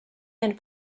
and